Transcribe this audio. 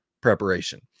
preparation